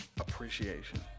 Appreciation